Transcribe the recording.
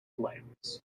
flames